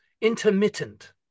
intermittent